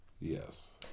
Yes